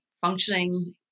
functioning